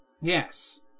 Yes